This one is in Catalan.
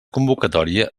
convocatòria